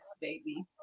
baby